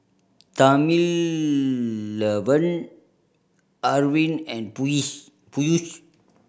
Thamizhavel Arvind and Peyush